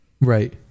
Right